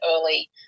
early